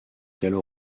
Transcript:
gallo